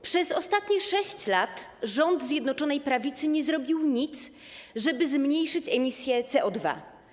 Przez ostatnie 6 lat rząd Zjednoczonej Prawicy nie zrobił nic, żeby zmniejszyć emisję CO2.